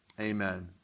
Amen